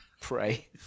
Pray